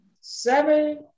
seven